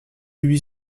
huit